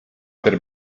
per